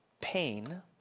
pain